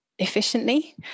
efficiently